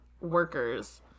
Workers